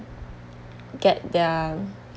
get their